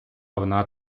вона